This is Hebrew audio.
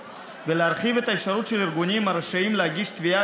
ולהרחיב את האפשרות של ארגונים הרשאים להגיש תביעה